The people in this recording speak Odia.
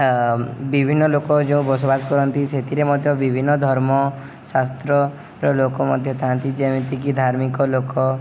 ବିଭିନ୍ନ ଲୋକ ଯୋଉ ବସବାସ କରନ୍ତି ସେଥିରେ ମଧ୍ୟ ବିଭିନ୍ନ ଧର୍ମ ଶାସ୍ତ୍ରର ଲୋକ ମଧ୍ୟ ଥାଆନ୍ତି ଯେମିତିକି ଧାର୍ମିକ ଲୋକ